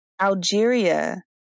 Algeria